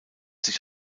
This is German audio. sich